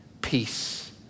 peace